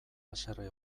haserre